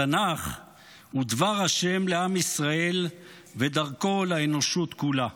התנ"ך הוא דבר השם לעם ישראל ודרכו, לאנושות כולה.